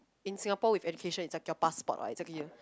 in Singapore with education it's like your passport what